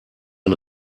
ein